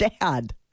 dad